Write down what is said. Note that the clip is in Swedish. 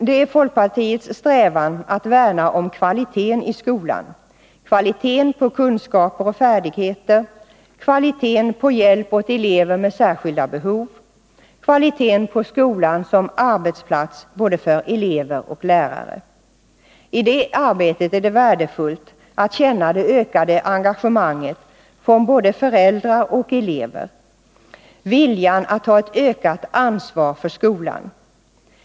Det är folkpartiets strävan att värna om kvaliteten i skolan, kvaliteten på kunskaper och färdigheter, kvaliteten på hjälp åt elever med särskilda behov, kvaliteten på skolan som arbetsplats för både elever och lärare. I det arbetet är det värdefullt att känna det ökade engagemanget från både föräldrar och elever, viljan att ta ett ökat ansvar för skolan.